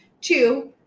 Two